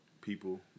people